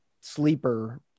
sleeper